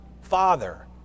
father